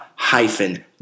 Hyphen